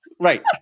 right